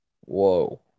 Whoa